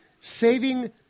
saving